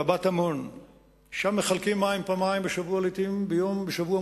ברבת-עמון מחלקים מים פעמיים בשבוע,